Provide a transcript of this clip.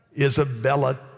Isabella